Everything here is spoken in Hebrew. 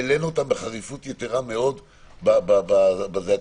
העלינו אותם בחריפות יתרה מאוד בישיבה הקודמת.